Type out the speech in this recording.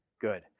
Good